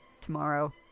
tomorrow